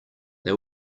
they